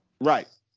Right